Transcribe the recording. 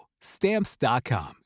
Stamps.com